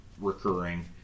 recurring